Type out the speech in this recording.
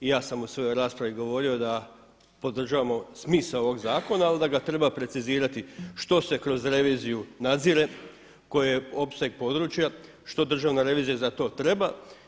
I ja sam u svojoj raspravi govorio da podržavamo smisao ovog zakona, ali da ga treba precizirati što se kroz reviziju nadzire, koji je opseg područja, što Državna revizija za to treba.